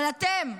אבל אתם,